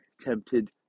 tempted